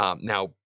Now